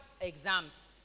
exams